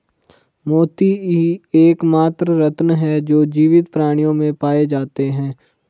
मोती ही एकमात्र रत्न है जो जीवित प्राणियों में पाए जाते है